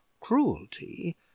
cruelty